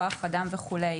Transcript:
כוח אדם וכולי.